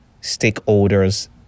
stakeholder's